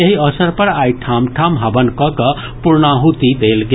एहि अवसर पर आइ ठाम ठाम हवन कऽ कऽ पूर्णाहुति देल गेल